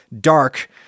dark